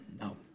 No